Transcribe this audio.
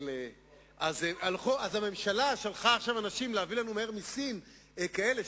אז הממשלה שלחה עכשיו אנשים להביא לנו מהר מסין כאלה,